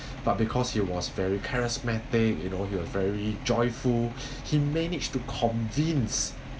but because he was very charismatic he was very joyful he managed to convince